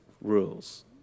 rules